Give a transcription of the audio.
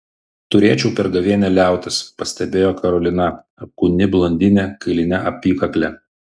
turėčiau per gavėnią liautis pastebėjo karolina apkūni blondinė kailine apykakle